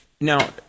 Now